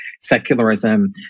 secularism